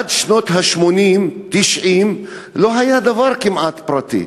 עד שנות ה-80 90 לא היה כמעט דבר פרטי.